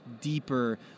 deeper